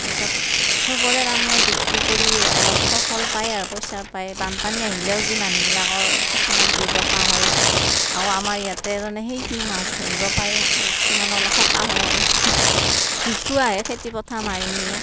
তাৰপিছত সৱৰে তাৰমানে বিক্ৰী কৰি অলপ সফল পায় আৰু পইচা পায় বানপানী আহিলেও যি মানুহবিলাকৰ কিছুমান দুৰ্দশা হয় আৰু আমাৰ ইয়াতে মানে সেইখিনি মাছ ধৰিব পায় আকৌ কিছুমানৰ সকাহ হয় দুখো আহে খেতি পথাৰ মাৰি নিয়ে